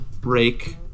break